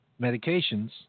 medications